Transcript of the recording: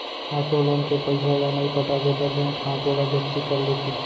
auto loan के पइसा ल नइ पटाबे त बेंक ह आटो ल जब्ती कर लेथे